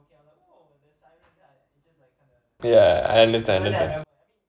ya I understand understand